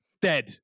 Dead